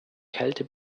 kälte